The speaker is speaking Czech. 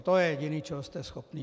To je jediné, čeho jste schopní.